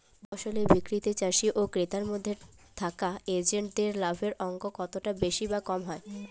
ফসলের বিক্রিতে চাষী ও ক্রেতার মধ্যে থাকা এজেন্টদের লাভের অঙ্ক কতটা বেশি বা কম হয়?